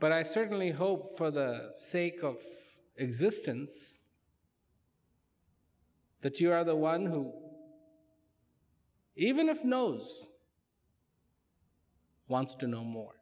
but i certainly hope for the sake of existence that you are the one who even if knows wants to know more